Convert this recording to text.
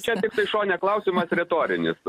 čia tiktai šone klausimas retorinis